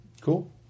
Cool